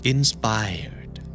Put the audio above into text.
Inspired